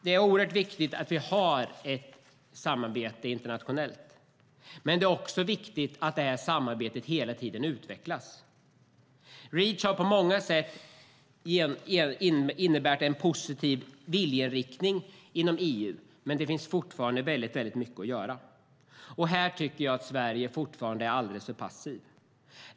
Det är oerhört viktigt att vi har ett internationellt samarbete, men det är också viktigt att detta samarbete hela tiden utvecklas. Reach har på många sätt inneburit en positiv viljeinriktning inom EU, men det finns fortfarande väldigt mycket att göra. Här tycker jag att Sverige fortfarande är alldeles för passivt.